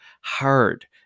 hard